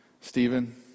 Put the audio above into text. Stephen